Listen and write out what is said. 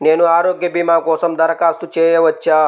నేను ఆరోగ్య భీమా కోసం దరఖాస్తు చేయవచ్చా?